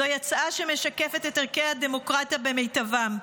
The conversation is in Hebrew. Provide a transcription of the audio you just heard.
זוהי הצעה שמשקפת את ערכי הדמוקרטיה במיטבם,